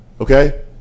Okay